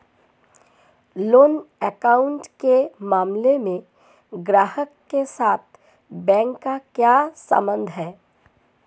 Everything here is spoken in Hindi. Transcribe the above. लोन अकाउंट के मामले में ग्राहक के साथ बैंक का क्या संबंध है?